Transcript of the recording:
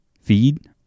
feed